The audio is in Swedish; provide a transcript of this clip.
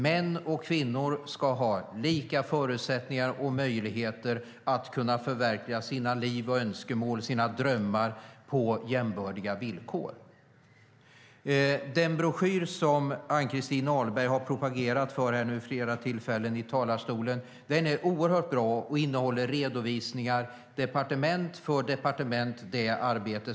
Män och kvinnor ska ha lika förutsättningar och möjligheter att förverkliga sina liv, sina önskemål och sina drömmar på jämbördiga villkor. Den broschyr som Ann-Christin Ahlberg nu har propagerat för vid flera tillfällen här i talarstolen är oerhört bra. Den innehåller redovisningar av det arbete som sker, departement för departement.